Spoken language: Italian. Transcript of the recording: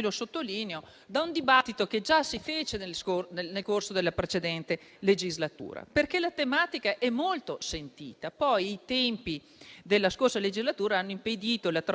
lo sottolineo - da un dibattito che già si fece nel corso della precedente legislatura, perché la tematica è molto sentita. Poi i tempi della passata legislatura hanno impedito la trasformazione